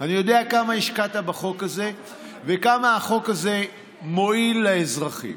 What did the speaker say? אני יודע כמה השקעת בחוק הזה וכמה החוק הזה מועיל לאזרחים.